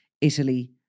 Italy